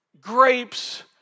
grapes